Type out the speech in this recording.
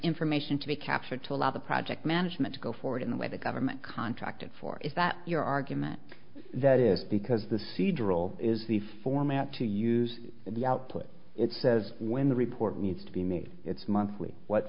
information to be captured to allow the project management to go forward in the way the government contracted for is that your argument that is because the seadrill is the format to use the output it says when the report needs to be made it's monthly what